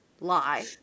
lie